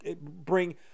bring